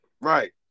right